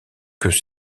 que